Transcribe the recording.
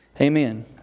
amen